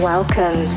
Welcome